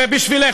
זה בשבילך,